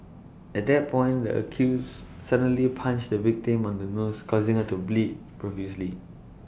at that point the accused suddenly punched the victim on the nose causing her to bleed profusely